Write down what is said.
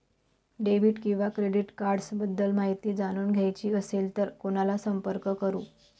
Debit किंवा credit cards बद्दल माहिती जाणून घ्यायची असेल तर कोणाला संपर्क करु?